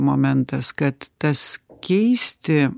momentas kad tas keisti